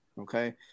Okay